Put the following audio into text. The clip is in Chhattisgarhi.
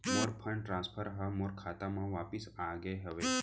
मोर फंड ट्रांसफर हा मोर खाता मा वापिस आ गे हवे